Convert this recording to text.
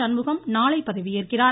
சண்முகம் நாளை பதவியேற்கிறார்